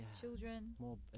children